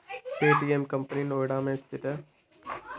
Paytm company Noida में स्थित है